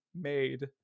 made